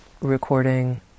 recording